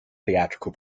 theatrical